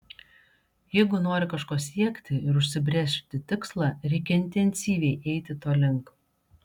jeigu nori kažko siekti ir užsibrėžti tikslą reikia intensyviai eiti to link